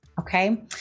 Okay